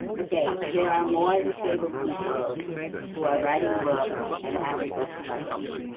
okay, there are more disabled people who are writing books and having books published.